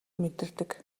мэдэрдэг